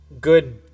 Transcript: good